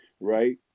right